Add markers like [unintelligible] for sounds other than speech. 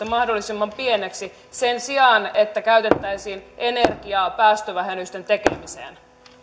[unintelligible] mahdollisimman pieneksi sen sijaan että käytettäisiin energiaa päästövähennysten tekemiseen